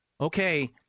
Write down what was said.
okay